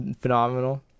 phenomenal